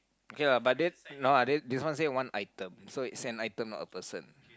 okay lah but then no lah then this one say one item so it's an item not a person